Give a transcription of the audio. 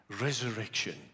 Resurrection